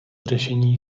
řešení